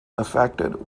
affected